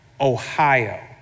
Ohio